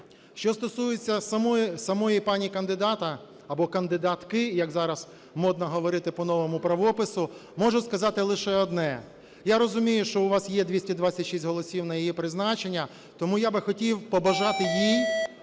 Що стосується самої пані кандидата, або кандидатки, як зараз модно говорити по новому правопису, можу сказати лише одне. Я розумію, що у вас є 226 голосів на її призначення. Тому я би хотів побажати їй